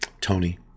Tony